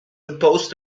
opposed